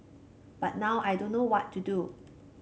but now I don't know what to do